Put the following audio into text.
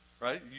right